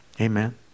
amen